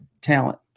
talent